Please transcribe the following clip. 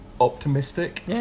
optimistic